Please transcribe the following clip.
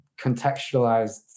contextualized